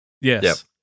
Yes